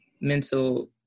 mental